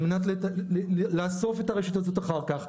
על מנת לאסוף את הרשתות אחר כך,